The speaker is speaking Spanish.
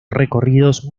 recorridos